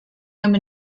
home